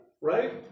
right